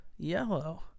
Yellow